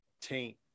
taint